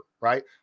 right